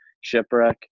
shipwreck